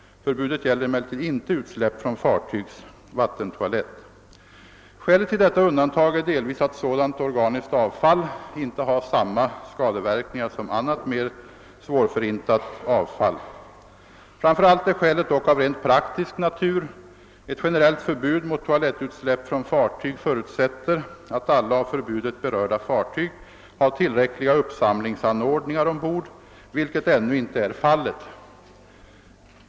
Förbudet gäller emellertid inte utsläpp från fartygs vattentoalett. Skälet till detta undantag är delvis att sådant organiskt avfall inte har samma skadeverkningar som annat mer svårförintat avfall. Framför allt är skälet dock av rent praktisk natur. Ett generellt förbud mot toalettutsläpp från fartyg förutsätter att alla av förbudet berörda fartyg har tillräckliga uppsamlingsanordningar ombord, vilket ännu inte är fallet.